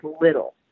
little